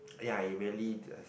ya you believe us